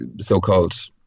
so-called